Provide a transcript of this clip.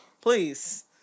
Please